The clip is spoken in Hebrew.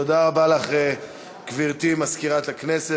תודה רבה לך, גברתי מזכירת הכנסת.